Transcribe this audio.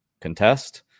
contest